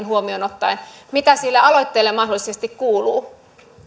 huomioon ottaen mitä sille aloitteelle mahdollisesti kuuluu